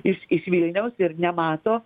iš iš vilniaus ir nemato